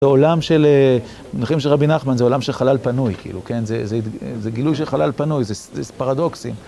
זה עולם של, במונחים של רבי נחמן, זה עולם של חלל פנוי, כאילו, כן? זה גילוי של חלל פנוי, זה פרדוקסים.